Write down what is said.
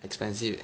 expensive leh